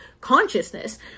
consciousness